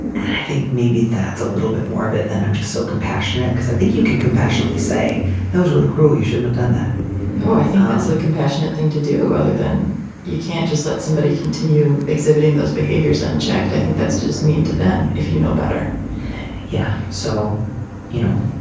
i think maybe that's a little bit more of it than i'm just so compassionate. i think you can compassionately say those really cruel you shouldn't have done that oh i think that's the compassionate thing to do other than you can't just let somebody continue exhibiting those behaviors unchecked. i think that's just mean to them if you know better yeah. so you know